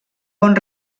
bon